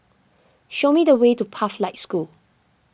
show me the way to Pathlight School